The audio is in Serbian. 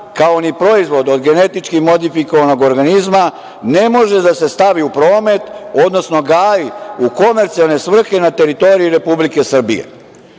kao ni proizvod od genetički modifikovanog organizma, ne može da se stavi u promet, odnosno gaji u komercijalne svrhe na teritoriji Republike Srbije".